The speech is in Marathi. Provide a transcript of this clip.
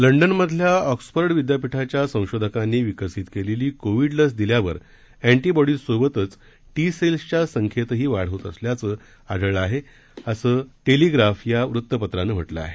लंडनमधल्या ऑक्सफर्ड विदयापीठाच्या संशोधकांनी विकसित केलेली कोविड लस दिल्यावर अँटीबॉडीज सोबतच टी सेल्सच्या संख्येतही वाढ होत असल्याचं आढळले आहे असं गेली टेलीग्राफ या वृतपत्रानं म्हटलं आहे